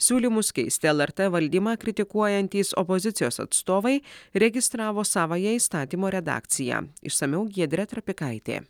siūlymus keisti lrt valdymą kritikuojantys opozicijos atstovai registravo savąją įstatymo redakciją išsamiau giedrė trapikaitė